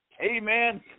Amen